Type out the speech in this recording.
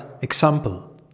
Example